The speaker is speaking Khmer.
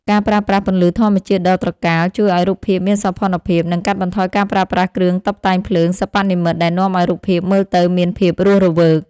ការប្រើប្រាស់ពន្លឺធម្មជាតិដ៏ត្រកាលជួយឱ្យរូបភាពមានសោភ័ណភាព និង កាត់បន្ថយការប្រើប្រាស់គ្រឿងតុបតែងភ្លើងសិប្បនិម្មិតដែលនាំឱ្យរូបភាពមើលទៅមានភាពរស់រវើក។